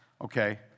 Okay